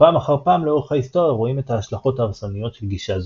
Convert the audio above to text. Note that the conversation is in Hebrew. ופעם אחר פעם לאורך ההיסטוריה רואים את ההשלכות ההרסניות של גישה זו.